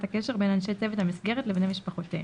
הקשר בין אנשי צוות המסגרת לבני משפחותיהם.